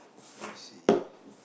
I see